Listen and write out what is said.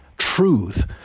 truth